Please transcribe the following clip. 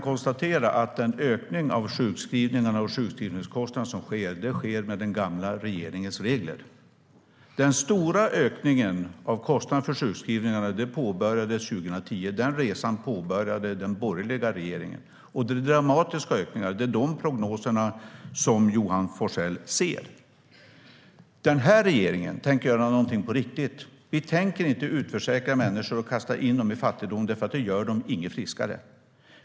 Herr talman! Ökningen av sjukskrivningarna och sjukskrivningskostnaderna sker med den gamla regeringens regler. Den stora ökningen av kostnaderna för sjukskrivningarna påbörjades 2010. Den resan påbörjade den borgerliga regeringen. Det är dramatiska ökningar. Det är de prognoserna som Johan Forssell ser. Den här regeringen tänker göra någonting på riktigt. Vi tänker inte utförsäkra människor och kasta in dem i fattigdom; det gör dem inte friskare.